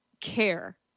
care